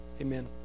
amen